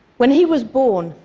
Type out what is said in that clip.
when he was born,